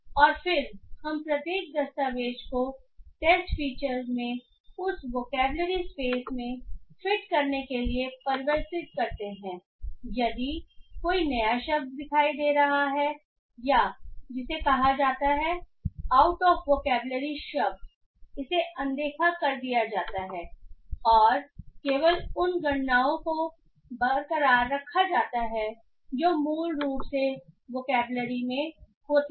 और फिर हम प्रत्येक दस्तावेज़ को टेस्ट फीचर्स में उस वोकैबलरी स्पेसस् में फिट करने के लिए परिवर्तित करते हैं यदि कोई नया शब्द दिखाई दे रहा है या जिसे कहा जाता है आउट ऑफ वोकैबलरी शब्द इसे अनदेखा कर दिया जाता है और केवल उन गणनाओं को बरकरार रखा जाता है जो मूल रूप से वोकैबलरी में होती हैं